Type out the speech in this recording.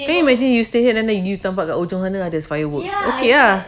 can you imagine you stay here then kau nampak kat hujung there's fireworks okay ah